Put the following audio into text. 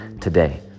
today